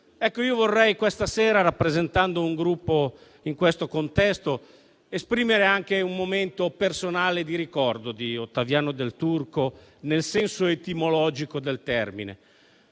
cuore. Io vorrei questa sera, rappresentando un Gruppo in questo contesto, esprimere anche un momento personale di ricordo di Ottaviano Del Turco, nel senso etimologico del termine.